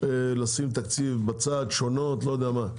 לשים תקציב בצד, שונות, לא יודע מה.